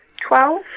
twelve